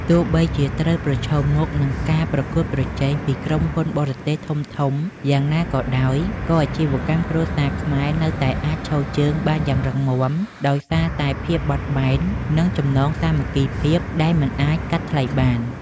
ទោះបីជាត្រូវប្រឈមមុខនឹងការប្រកួតប្រជែងពីក្រុមហ៊ុនបរទេសធំៗយ៉ាងណាក៏ដោយ ក៏អាជីវកម្មគ្រួសារខ្មែរនៅតែអាចឈរជើងបានយ៉ាងរឹងមាំ ដោយសារតែភាពបត់បែន និងចំណងសាមគ្គីភាពដែលមិនអាចកាត់ថ្លៃបាន។